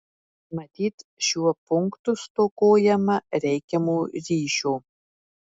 matyt šiuo punktu stokojama reikiamo ryšio